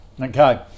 Okay